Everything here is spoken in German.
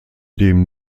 dem